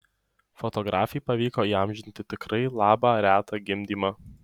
fotografei pavyko įamžinti tikrai labą retą gimdymą